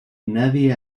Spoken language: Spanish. nadie